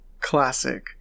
classic